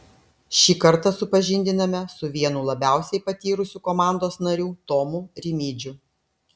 šį kartą supažindiname su vienu labiausiai patyrusių komandos narių tomu rimydžiu